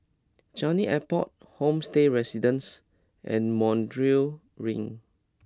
Changi Airport Homestay Residences and Montreal Ring